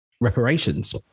reparations